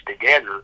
together